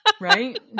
right